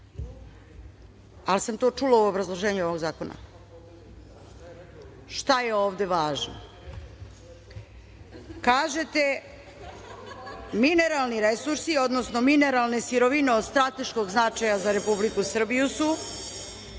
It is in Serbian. ali sam to čula u obrazloženju ovog zakona. Šta je ovde važno? Kažete mineralni resursi, odnosno mineralne sirovine od strateškog značaja za Republiku Srbiju su